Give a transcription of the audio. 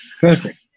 perfect